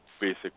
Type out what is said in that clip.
basic